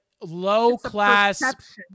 Low-class